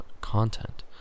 content